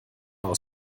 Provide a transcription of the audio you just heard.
aus